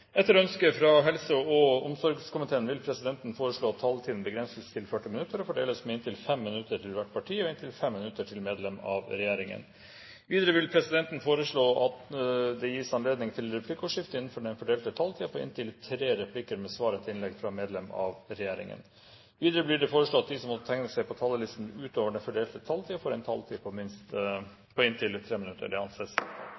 Etter ønske fra helse- og omsorgskomiteen vil presidenten foreslå at taletiden begrenses til 40 minutter og fordeles med inntil 5 minutter til hvert parti og inntil 5 minutter til medlem av regjeringen. Videre vil presidenten foreslå at det gis anledning til replikkordskifte på inntil tre replikker med svar etter innlegg fra medlem av regjeringen innenfor den fordelte taletid. Videre blir det foreslått at de som måtte tegne seg på talerlisten utover den fordelte taletid, får en taletid på